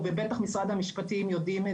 נשלם, כדי להגן על זכויות אחרים.